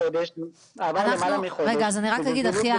רגע, אז אני רק אגיד אחיה.